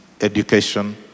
education